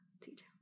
Details